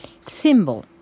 symbol